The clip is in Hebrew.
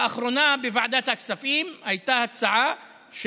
לאחרונה הייתה הצעה בוועדת הכספים,